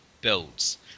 builds